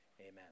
Amen